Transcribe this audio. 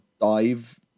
dive